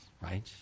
Right